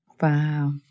Wow